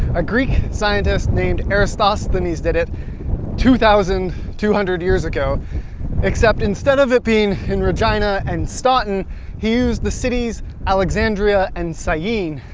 a greek scientist named eratosthenes did it two thousand two hundred years ago except instead of it being in regina and stanton he used the city's alexandria and syene,